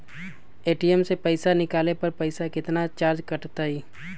ATM से पईसा निकाले पर पईसा केतना चार्ज कटतई?